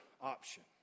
option